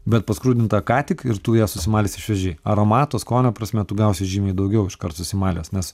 bet paskrudinta ką tik ir tu ją sumalsi šviežiai aromato skonio prasme tu gausi žymiai daugiau iškart susimalęs nes